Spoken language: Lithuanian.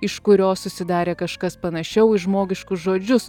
iš kurio susidarė kažkas panašiau į žmogiškus žodžius